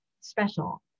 special